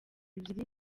ebyiri